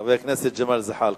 חבר הכנסת ג'מאל זחאלקה.